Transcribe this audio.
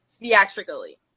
theatrically